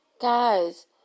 Guys